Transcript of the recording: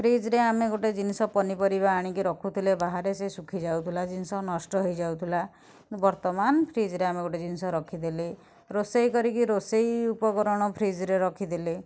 ଫ୍ରିଜ୍ରେ ଆମେ ଗୋଟେ ଜିନିଷ ପନିପରିବା ଆଣିକି ରଖୁଥିଲେ ବାହାରେ ସିଏ ଶୁଖିଯାଉଥିଲା ଜିନିଷ ନଷ୍ଟ ହୋଇଯାଉଥିଲା ବର୍ତ୍ତମାନ ଫ୍ରିଜ୍ରେ ଆମେ ଗୋଟେ ଜିନିଷ ରଖିଦେଲେ ରୋଷେଇ କରିକି ରୋଷେଇ ଉପକରଣ ଫ୍ରିଜ୍ରେ ରଖିଦେଲେ